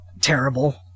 terrible